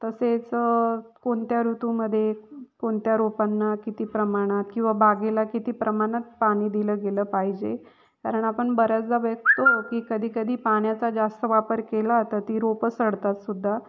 तसेच कोणत्या ऋतूमध्ये कोणत्या रोपांना किती प्रमाणात किंवा बागेला किती प्रमाणात पाणी दिलं गेलं पाहिजे कारण आपण बऱ्याचदा बघतो की कधीकधी पाण्याचा जास्त वापर केला तर ती रोपं सडतात सुद्धा